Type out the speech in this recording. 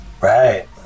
Right